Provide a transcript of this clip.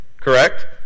Correct